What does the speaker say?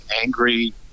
angry